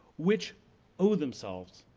which owe themselves